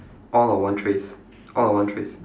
all on one trays all on one trays